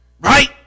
Right